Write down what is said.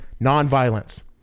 nonviolence